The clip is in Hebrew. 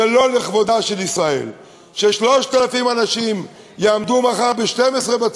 שזה לא לכבודה של ישראל ש-3,000 אנשים יעמדו מחר ב-12:00,